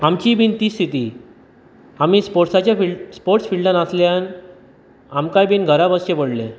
आमचीय बीन तीच स्थिती आमी स्पॉर्टाचे फिल स्पोर्टस फिलडान आसल्यान आमकांय बीन घरा बसचें पडलें